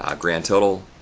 um grand total,